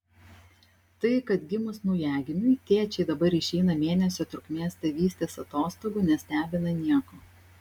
tai kad gimus naujagimiui tėčiai dabar išeina mėnesio trukmės tėvystės atostogų nestebina nieko